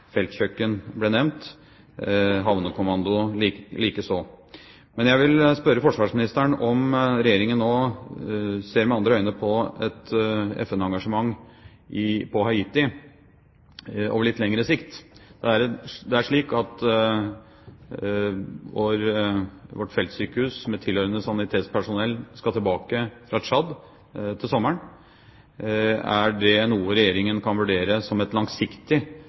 feltkjøkken ble nevnt, havnekommando likeså. Jeg vil spørre forsvarsministeren om Regjeringen nå ser med andre øyne på et FN-engasjement på Haiti på litt lengre sikt. Det er slik at vårt feltsykehus, med tilhørende sanitetspersonell, skal tilbake fra Tsjad før sommeren. Er dette noe Regjeringen kan vurdere som et langsiktig